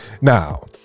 Now